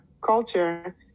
culture